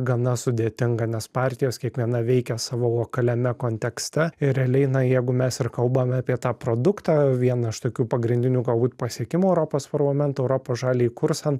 gana sudėtinga nes partijos kiekviena veikia savo lokaliame kontekste ir realiai na jeigu mes ir kalbame apie tą produktą vieną iš tokių pagrindinių galbūt pasiekimų europos parlamento europos žaliąjį kursą